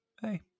Hey